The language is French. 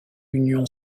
union